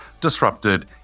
disrupted